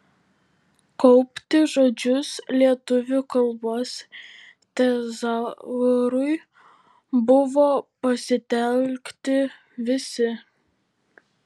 kaupti žodžius lietuvių kalbos tezaurui buvo pasitelkti visi